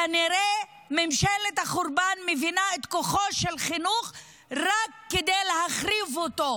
כנראה ממשלת החורבן מבינה את כוחו של החינוך רק בלהחריב אותו,